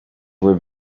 were